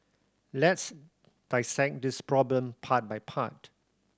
let's dissect this problem part by part